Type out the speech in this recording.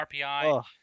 RPI